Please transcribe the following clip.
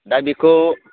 दा बेखौ